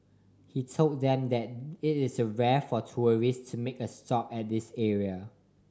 he told them that it is a rare for tourists to make a stop at this area